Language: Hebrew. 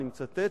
אני מצטט,